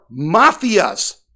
mafias